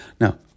Now